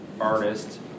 artist